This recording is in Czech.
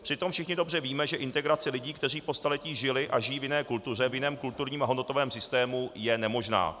Přitom všichni dobře víme, že integrace lidí, kteří po staletí žili a žijí v jiné kultuře, v jiném kulturním a hodnotovém systému, je nemožná.